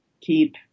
keep